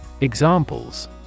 Examples